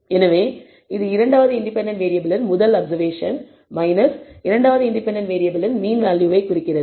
எனவே இது இரண்டாவது இண்டிபெண்டன்ட் வேறியபிளின் முதல் அப்சர்வேஷன் இரண்டாவது இண்டிபெண்டன்ட் வேறியபிளின் மீன் வேல்யூவை குறிக்கிறது